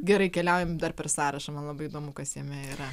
gerai keliaujam dar per sąrašą man labai įdomu kas jame yra